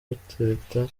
gutereta